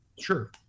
Sure